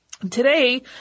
Today